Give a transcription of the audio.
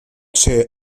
ésser